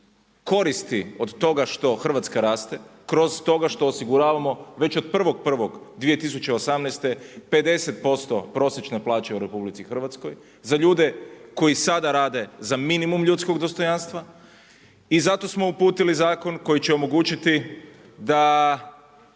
koristi od toga što Hrvatska raste kroz to što osiguravamo već od 1.1.2018. 50% prosječne plaće u RH za ljude koji sada rade za minimum ljudskog dostojanstva. I zato smo uputili zakon koji će omogućiti da